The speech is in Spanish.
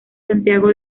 santiago